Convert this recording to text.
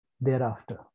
thereafter